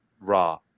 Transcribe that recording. raw